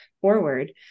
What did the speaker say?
forward